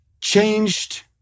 changed